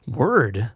word